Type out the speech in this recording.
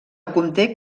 conté